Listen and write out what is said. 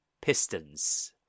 Pistons